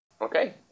Okay